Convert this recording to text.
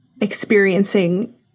experiencing